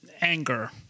anger